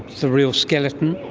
the real skeleton,